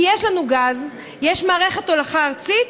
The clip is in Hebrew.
כי יש לנו גז, יש מערכת הולכה ארצית,